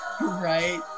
right